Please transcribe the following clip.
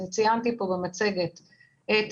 ציינתי פה במצגת את